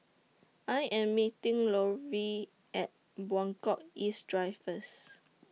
I Am meeting Lovey At Buangkok East Drive First